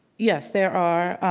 yes there are,